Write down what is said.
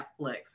netflix